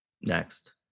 Next